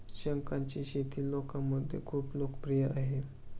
शंखांची शेती लोकांमध्ये खूप लोकप्रिय आहे